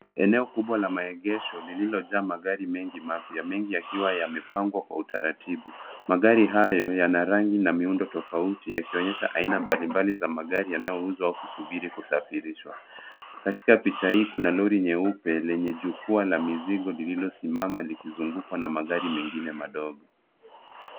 Eneo kubwa la maegesho lililojaa magari mengi mapya, mengi yakiwa yamepangwa kwa utaratibu .Magari haya yana rangi na miundo tofauti yakionyesha aina mbalimbali ya magari yanayouzwa au kusubiri kusafirishwa. Katika picha hii kuna lori nyeupe lenye jukwaa la mizigo lililosimama likizungukwa na magari mengine madogo.